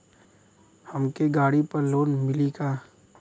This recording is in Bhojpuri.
हमके गाड़ी पर लोन मिली का?